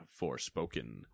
Forspoken